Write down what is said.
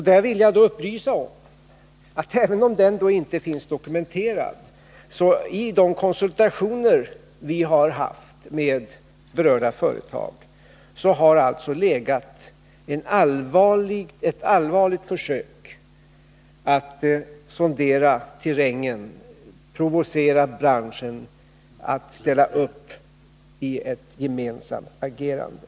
Jag vill då upplysa om att även om det inte finns dokumenterat, så har det i de konsultationer vi haft med berörda företag legat ett allvarligt försök att sondera terrängen, att provocera branschen att ställa upp i ett gemensamt agerande.